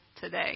today